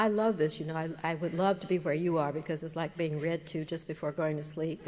i love this you know i would love to be where you are because it's like being read to just before going to sleep